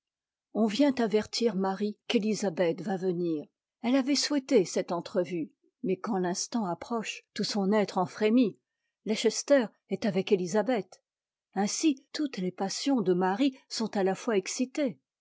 on vient avertir marie qu'élisabeth va venir elle avait souhaité cette entrevue mais quand l'instant approche tout son être en frémit leicester est avec élisabeth ainsi toutes les passions de marie sont à la fois excitées